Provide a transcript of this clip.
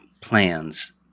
plans